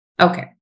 Okay